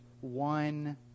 one